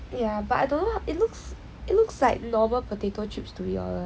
ya but I don't know ah it looks it looks like normal potato chips to to be honest